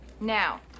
Now